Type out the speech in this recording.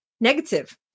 negative